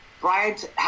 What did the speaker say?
Bryant